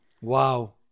Wow